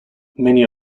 many